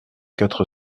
quatre